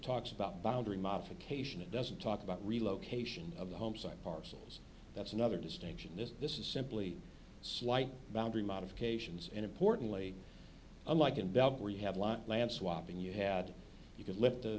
talks about boundary modification it doesn't talk about relocation of the home site parcels that's another distinction is this is simply slight boundary modifications and importantly unlike in doug where you have lot land swapping you had you could lift